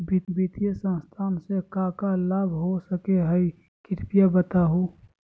वित्तीय संस्था से का का लाभ हो सके हई कृपया बताहू?